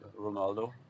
Ronaldo